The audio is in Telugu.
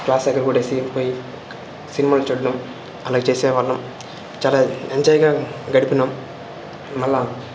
క్లాస్ ఎగరకొట్టేసి పోయి సినిమాలు చూడ్డం అలా చేసేవాళ్ళం చాలా ఎంజాయ్గా గడిపినాం మళ్ళీ